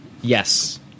Yes